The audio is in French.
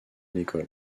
l’école